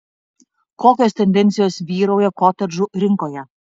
kokios tendencijos vyrauja kotedžų rinkoje